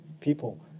people